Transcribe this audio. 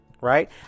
right